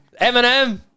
Eminem